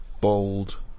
Bold